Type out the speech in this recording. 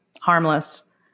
harmless